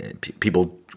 people